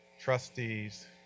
trustees